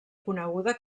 coneguda